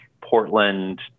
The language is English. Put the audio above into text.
Portland